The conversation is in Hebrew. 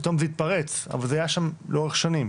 פתאום זה התפרץ, אבל זה היה שם לאורך שנים.